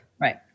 Right